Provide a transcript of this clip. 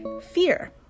fear